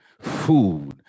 food